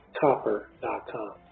copper.com